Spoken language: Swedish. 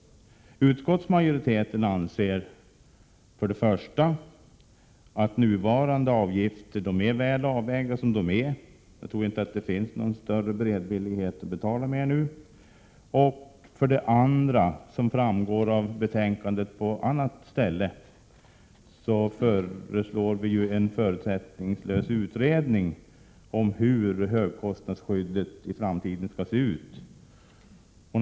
Utskottsmajoriteten anser för det första att nuvarande avgifter är väl avvägda —- jag tror inte att det i dag finns någon större beredvillighet att betala mer. För det andra, som framgår på ett annat ställe av betänkandet, föreslår vi ju en förutsättningslös utredning om hur högkostnadsskyddet skall se ut i framtiden.